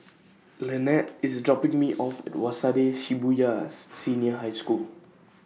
Lynnette IS dropping Me off At Waseda Shibuya Senior High School